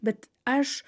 bet aš